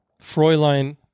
Fräulein